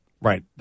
Right